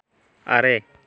ᱟᱨᱮ